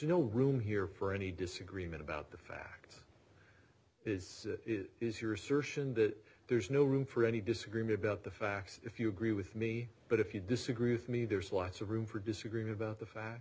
no room here for any disagreement about the facts is it is your assertion that there's no room for any disagreement about the facts if you agree with me but if you disagree with me there's lots of room for disagreement about the fact